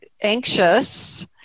anxious